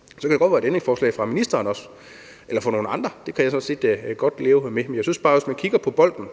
– kan der også godt være et ændringsforslag fra ministeren eller fra nogle andre. Det kan jeg sådan set godt leve med. Men hvis man går efter bolden,